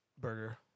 burger